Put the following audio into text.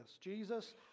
Jesus